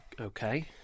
Okay